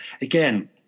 again